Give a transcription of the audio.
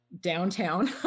downtown